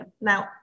Now